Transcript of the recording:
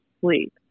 sleep